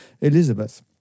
Elizabeth